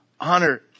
honor